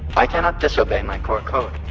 i cannot disobey my core code.